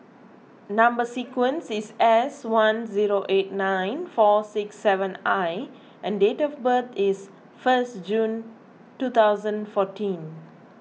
Number Sequence is S one zero eight nine four six seven I and date of birth is first June two thousand fourteen